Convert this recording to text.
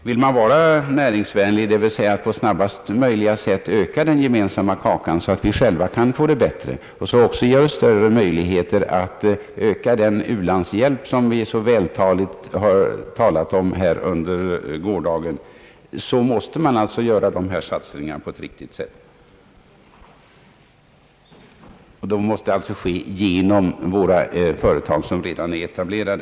Vill man vara näringsvänlig, d.v.s. på snabbast möjliga sätt öka den gemensamma kakan så att vi själva kan få det bättre och också större möjligheter att öka den u-landshjälp som vi så vältaligt diskuterade under gårdagen, måste man göra dessa satsningar på ett riktigt sätt. Det måste ske genom våra företag som redan är etablerade.